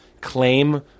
claim